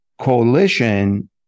coalition